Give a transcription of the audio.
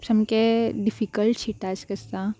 सामकें डिफिकल्टशी टास्क आसता